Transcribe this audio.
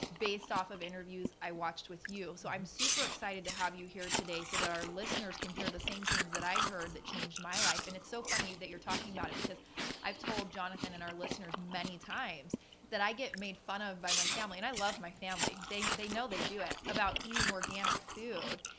based off of interviews i watched with you. so i'm super excited to have you here today so that our listeners can hear the same things that i heard that changed my life. and it's so funny that you're talking about it because i've told jonathan and our listeners many times that i get made fun of by my family. and i love my family. they they know they do it. about eating organic food.